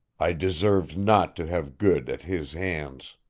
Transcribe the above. i deserved not to have good at his hands.